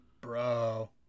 Bro